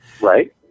Right